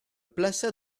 plaça